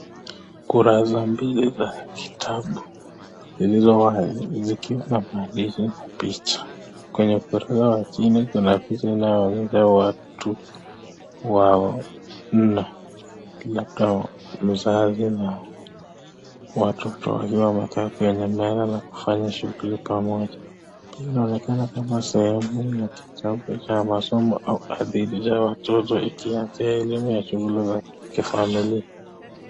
Kurasa mbili za kitabu zilizo wazi zikiwa na maandishi na picha. Kwenye ukurasa wa chini kuna picha inayoonyesha watu wanne, labda mzazi na watoto wawili wameketi kwenye meza na kufanya shughuli pamoja. Inaonekana kama sehemu ya kitabu cha masomo au hadithi za watoto ikiya na elimu ya shughuli za kifamilia.